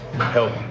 help